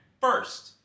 first